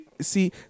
see